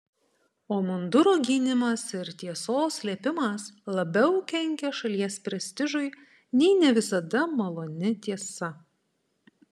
o munduro gynimas ir tiesos slėpimas labiau kenkia šalies prestižui nei ne visada maloni tiesa